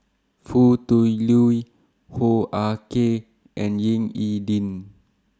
Foo Tui Liew Hoo Ah Kay and Ying E Ding